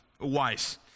wise